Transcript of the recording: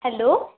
hello